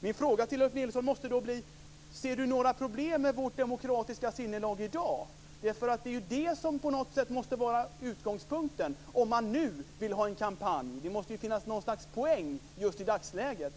Min fråga måste då bli om Ulf Nilsson ser några problem med vårt demokratiska sinnelag i dag. Det är ju det som på något sätt borde vara utgångspunkten om man nu vill ha en kampanj. Det måste ju finnas något slags poäng just i dagsläget.